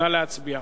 נא להצביע.